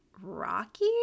Rocky